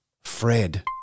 Fred